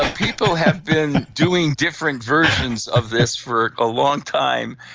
people have been doing different versions of this for a long time,